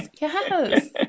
Yes